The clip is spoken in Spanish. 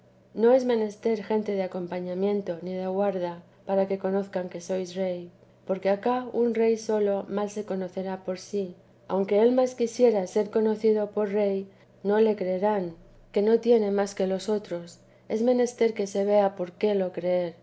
no es menester gente de acompañamiento ni de guarda para que conozcan sois rey porque acá un rey sólo mal se conocerá por sí aunque él más quiera ser conocido por rey no le creerán que no tiene más que los otros es menester que se vea por qué lo creer